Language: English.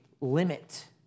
limit